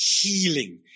healing